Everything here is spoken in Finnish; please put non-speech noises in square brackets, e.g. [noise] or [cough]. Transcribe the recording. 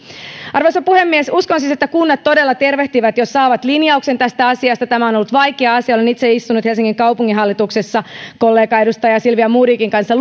arvoisa puhemies uskoisin että kunnat todella tervehtivät tätä ilolla jos saavat linjauksen tästä asiasta tämä on ollut vaikea asia ja olen itse istunut helsingin kaupunginhallituksessa kollegaedustaja silvia modigin kanssa [unintelligible]